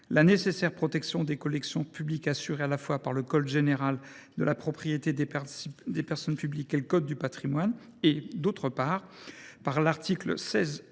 la nécessaire protection des collections publiques, assurée à la fois par le code général de la propriété des personnes publiques et le code du patrimoine, et, d’autre part, l’article 16